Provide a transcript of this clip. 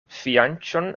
fianĉon